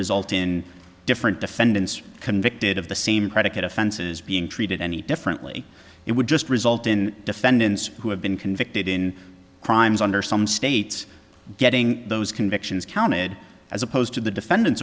result in different defendants convicted of the same predicate offenses being treated any differently it would just result in defendants who have been convicted in crimes under some states getting those convictions counted as opposed to the defendant's